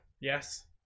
Yes